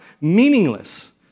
meaningless